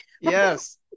Yes